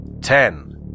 Ten